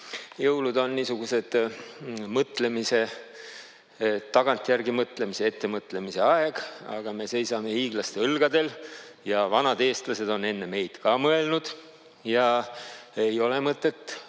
Jõulud on niisugused mõtlemise, tagantjärgi mõtlemise ja ette mõtlemise aeg, aga me seisame hiiglaste õlgadel ja vanad eestlased on enne meid ka mõelnud. Ei ole mõtet